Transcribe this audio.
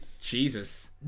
Jesus